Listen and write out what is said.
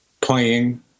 playing